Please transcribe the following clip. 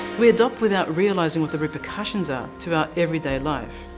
we adopt without realising what the repercussions are to our everyday life.